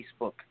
Facebook